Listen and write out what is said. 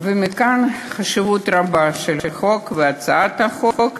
ומכאן החשיבות הרבה של החוק והצעת החוק.